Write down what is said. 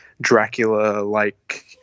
Dracula-like –